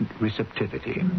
receptivity